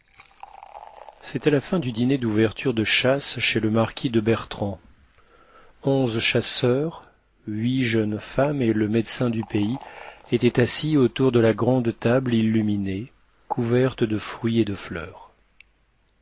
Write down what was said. c'était à la fin du dîner d'ouverture de chasse chez le marquis de bertrans onze chasseurs huit jeunes femmes et le médecin du pays étaient assis autour de la grande table illuminée couverte de fruits et de fleurs